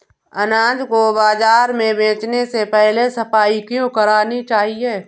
अनाज को बाजार में बेचने से पहले सफाई क्यो करानी चाहिए?